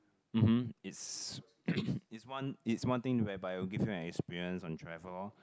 mmhmm it's it's one it's one thing whereby it will give you an experience on travel oh